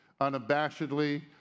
unabashedly